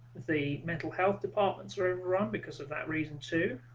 the mental health departments or ah wrong because of that reason to